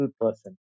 person